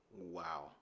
Wow